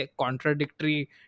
contradictory